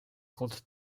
comptent